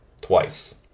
twice